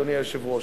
אדוני היושב-ראש.